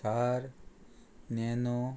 Thar nano